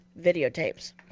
videotapes